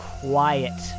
quiet